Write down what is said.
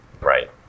Right